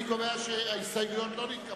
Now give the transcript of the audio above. אני קובע שההסתייגות לא נתקבלה.